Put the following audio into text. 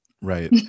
right